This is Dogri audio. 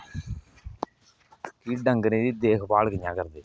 डंगरे दी देख भाल कियां करदे